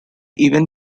seen